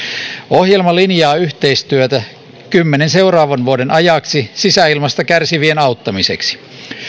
ohjelma linjaa yhteistyötä kymmenen seuraavan vuoden ajaksi sisäilmasta kärsivien auttamiseksi